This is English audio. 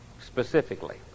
Specifically